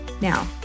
Now